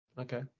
Okay